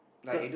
cause